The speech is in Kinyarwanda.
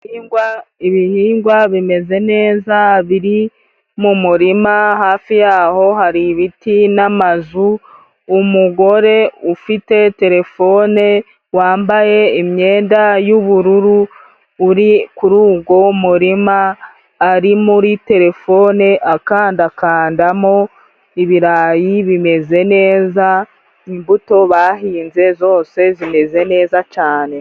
Ibihingwa, ibihingwa bimeze neza, biri mu murima. Hafi yaho hari ibiti n'amazu, umugore ufite terefone wambaye imyenda y'ubururu uri kuri ugwo murima, ari muri telefone akandakandamo, ibirayi bimeze neza, imbuto bahinze zose zimeze neza cane.